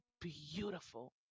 beautiful